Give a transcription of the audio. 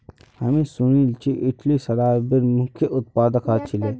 हामी सुनिल छि इटली शराबेर मुख्य उत्पादक ह छिले